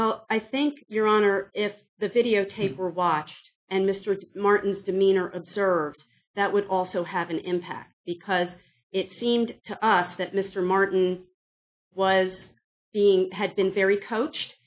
well i think your honor if the videotape were watched and mr martin's demeanor observed that would also have an impact because it seemed to us that mr martin was being had been very coach